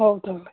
ହଉ